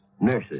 nurses